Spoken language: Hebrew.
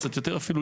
קצת יותר אפילו,